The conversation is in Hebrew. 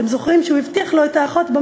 אתם זוכרים שהוא הבטיח לו במים את האחות?